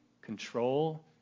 control